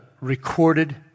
recorded